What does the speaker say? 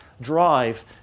drive